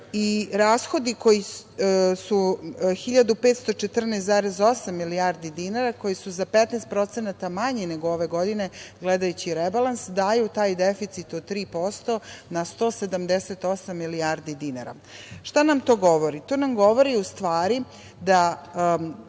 i rashodi koji su 1.514,8 milijardi dinara, koji su za 15% manji nego ove godine gledajući rebalans, daju taj deficit od 3% na 178 milijardi dinara. Šta nam to govori? To nam govori u stvari da